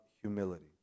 humility